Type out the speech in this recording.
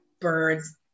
birds